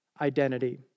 identity